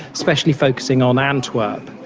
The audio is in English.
especially focusing on antwerp.